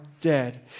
dead